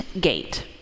Gate